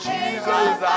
Jesus